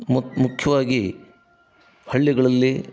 ಮು ಮುಖ್ಯವಾಗಿ ಹಳ್ಳಿಗಳಲ್ಲಿ